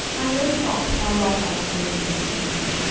i know not how long i remained in this condition,